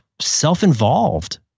self-involved